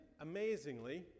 amazingly